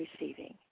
receiving